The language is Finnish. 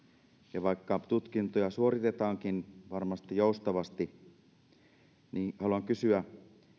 ja vaikka tutkintoja suoritetaankin varmasti joustavasti haluan kysyä